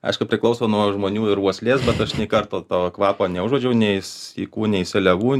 aišku priklauso nuo žmonių ir uoslės bet aš nė karto to kvapo neužuodžiau nei sykų nei seliavų